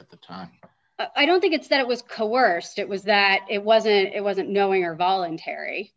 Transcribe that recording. at the time i don't think it's that it was coerced it was that it was it wasn't knowing or voluntary